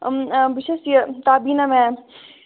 آ بہٕ چھَس یہِ تابیٖنا میٚم